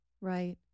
Right